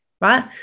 Right